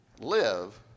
Live